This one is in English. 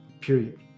period